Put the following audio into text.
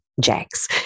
jacks